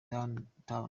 downtown